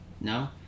No